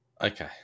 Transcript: Okay